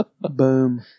Boom